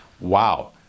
Wow